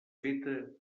feta